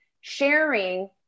sharing